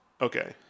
Okay